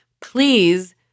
Please